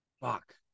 fuck